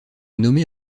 nommé